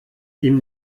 ihm